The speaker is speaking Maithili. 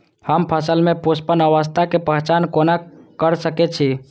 हम फसल में पुष्पन अवस्था के पहचान कोना कर सके छी?